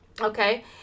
Okay